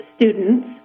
students